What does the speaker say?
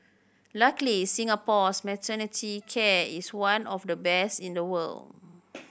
luckily Singapore's maternity care is one of the best in the world